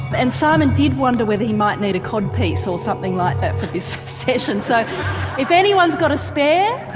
and simon did wonder if he might need a cod piece or something like that for this session, so if anyone has got a spare,